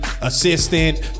assistant